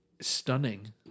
stunning